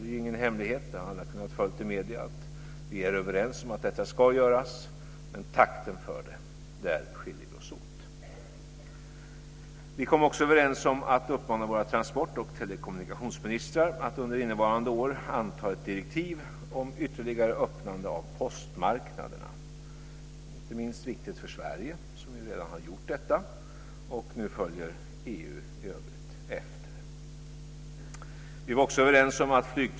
Det är ingen hemlighet - det har man kunnat följa i medierna - att vi är överens om att detta ska göras, men i fråga om takten för det skiljer vi oss åt. Det är inte minst viktigt för Sverige, som redan har gjort detta.